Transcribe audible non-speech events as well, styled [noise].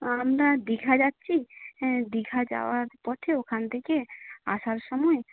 আমরা দীঘা যাচ্ছি [unintelligible] দীঘা যাওয়ার পথে ওখান থেকে আসার সময়